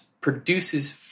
produces